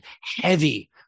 heavy